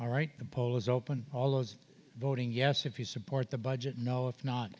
all right the polls open all those voting yes if you support the budget no if not